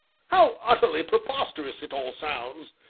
how utterly preposterous it all sounds!